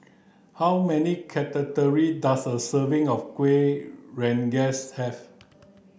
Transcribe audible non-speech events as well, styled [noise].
how many [unintelligible] does a serving of Kuih Rengas have